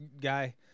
guy